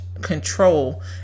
control